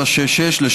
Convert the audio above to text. פ/4766/20,